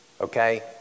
Okay